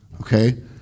Okay